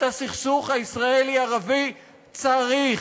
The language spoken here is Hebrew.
את הסכסוך הישראלי ערבי צריך,